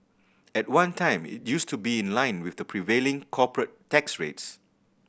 at one time it used to be in line with the prevailing corporate tax rates